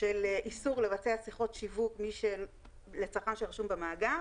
של איסור לבצע שיחות שיווק לצרכן שרשום במאגר,